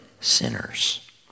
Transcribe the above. sinners